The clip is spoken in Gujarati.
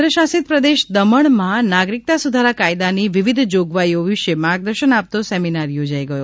કેન્દ્ર શાસિત પ્રદેશ દમણ માં નાગરિકતા સુધારા કાયદાની વિવિધ જોગવાઈઓ વિષે માર્ગદર્શન આપતો સેમિનાર યોજાઇ ગયો